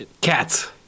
Cats